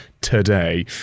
today